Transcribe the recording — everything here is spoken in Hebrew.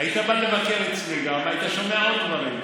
היית בא לבקר אצלי גם, היית שומע עוד דברים.